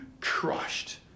crushed